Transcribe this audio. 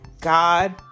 God